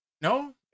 No